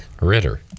Ritter